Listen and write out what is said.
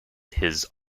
his